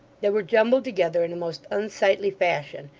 they were jumbled together in a most unsightly fashion,